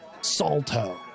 Salto